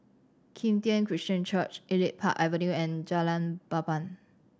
Kim Tian Christian Church Elite Park Avenue and Jalan Papan